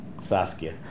Saskia